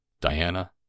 Diana